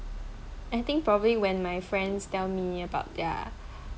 I think probably when my friends tell me about their